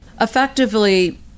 Effectively